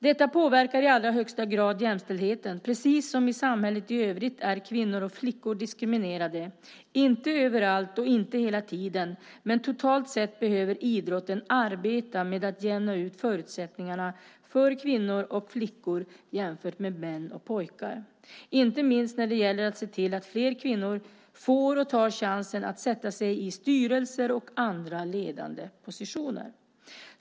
Detta påverkar i allra högsta grad jämställdheten. Precis som i samhället i övrigt är kvinnor och flickor diskriminerade, inte överallt och inte hela tiden, men totalt sett behöver idrotten arbeta med att jämna ut förutsättningarna för kvinnor och flickor jämfört med män och pojkar, inte minst när det gäller att se till att fler kvinnor får och tar chansen att sätta sig i styrelser och andra ledande positioner.